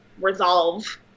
resolve